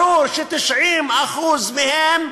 ברור ש-90% מהם,